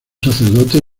sacerdote